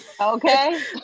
okay